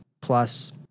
plus